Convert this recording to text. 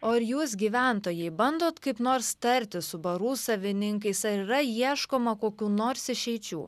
o ar jūs gyventojai bandot kaip nors tartis su barų savininkais ar yra ieškoma kokių nors išeičių